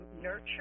nurture